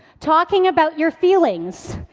talking about your feelings.